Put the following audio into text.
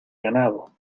ganado